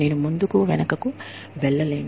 నేను ముందుకు వెనుకకు వెళ్ళలేను